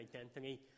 identity